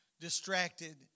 distracted